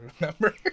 remember